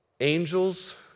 angels